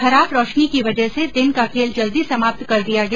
खराब रोशनी की वजह से दिन का खेल जल्दी समाप्त कर दिया गया